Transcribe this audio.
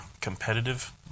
competitive